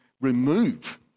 remove